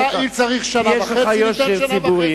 אם צריך שנה וחצי, קח שנה וחצי.